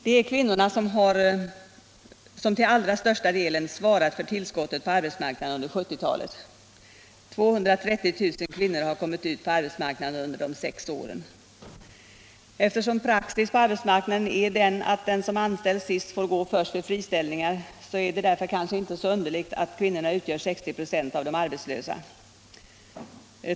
Det är kvinnorna som till allra största delen har svarat för tillskottet på arbetsmarknaden under 1970-talet; 230 000 kvinnor har kommit ut på marknaden under de gångna sex åren. Och eftersom praxis på arbetsmarknaden är att den som anställts senast får gå först vid friställningar är det inte så underligt att kvinnorna utgör 60 26 av de arbetslösa.